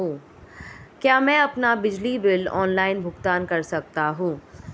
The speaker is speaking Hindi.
क्या मैं अपना बिजली बिल ऑनलाइन भुगतान कर सकता हूँ?